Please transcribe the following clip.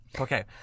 Okay